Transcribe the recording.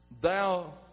thou